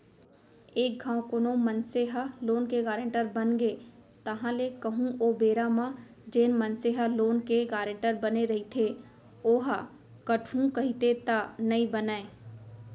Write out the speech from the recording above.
एक घांव कोनो मनसे ह लोन के गारेंटर बनगे ताहले कहूँ ओ बेरा म जेन मनसे ह लोन के गारेंटर बने रहिथे ओहा हटहू कहिथे त नइ बनय